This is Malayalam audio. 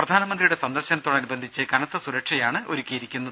പ്രധാനമന്ത്രിയുടെ സന്ദർശനത്തോടനുബന്ധിച്ച് കനത്ത സുരക്ഷയാണ് ഒരുക്കിയിരിക്കുന്നത്